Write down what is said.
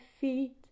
feet